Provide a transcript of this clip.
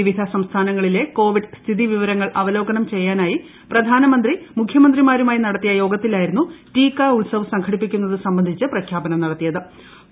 വിവിധ സംസ്ഥാനങ്ങളിലെ കോവിഡ് സ്ഥിതിവിവരങ്ങൾ അവലോകനം ചെയ്യാനായി പ്രധാനമന്ത്രി മുഖ്യമത്ത്രിമാരുമായി നടത്തിയ യോഗത്തിലായിരുന്നു ടീക്കാ ഉത്സപ്പ് സംഘടിപ്പിക്കുന്നത് സംബന്ധിച്ച് പ്രഖ്യാപനം നടത്തിയ്ക്ക്